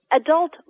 adult